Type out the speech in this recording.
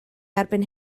erbyn